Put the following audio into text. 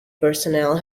personnel